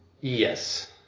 Yes